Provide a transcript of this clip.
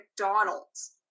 McDonald's